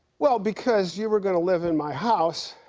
well, because you were gonna live in my house,